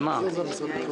על משרות האמון.